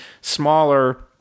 smaller